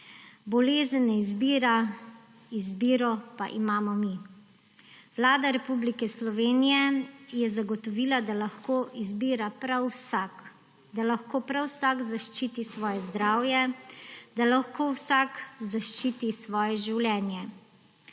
Bolezen ne izbira, izbiro pa imamo mi. Vlada Republike Slovenije je zagotovila, da lahko izbira prav vsak, da lahko prav vsak zaščiti svoje zdravje, da lahko vsak zaščiti svoje življenje.